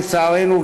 לצערנו,